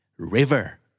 River